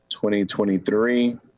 2023